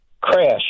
crash